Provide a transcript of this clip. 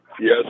Yes